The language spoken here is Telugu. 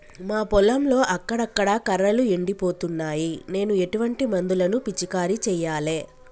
మా పొలంలో అక్కడక్కడ కర్రలు ఎండిపోతున్నాయి నేను ఎటువంటి మందులను పిచికారీ చెయ్యాలే?